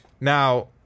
Now